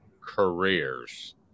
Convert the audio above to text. careers